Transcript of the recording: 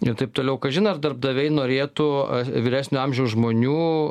ir taip toliau kažin ar darbdaviai norėtų vyresnio amžiaus žmonių